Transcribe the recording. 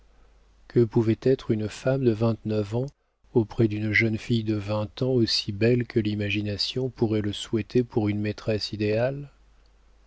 que pouvait être une femme de vingt-neuf ans auprès d'une jeune fille de vingt ans aussi belle que l'imagination pourrait le souhaiter pour une maîtresse idéale